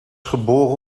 geboren